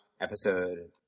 episode